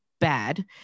bad